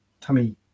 tummy